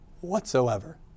Whatsoever